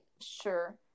sure